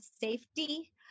safety